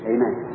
Amen